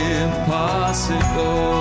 impossible